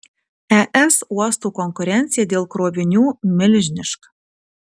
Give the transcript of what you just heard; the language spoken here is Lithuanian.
es uostų konkurencija dėl krovinių milžiniška